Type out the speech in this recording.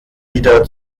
wieder